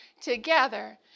together